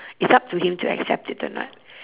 it's up to him to accept it or not